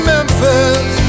Memphis